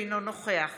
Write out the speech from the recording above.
אינו נוכח